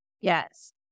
Yes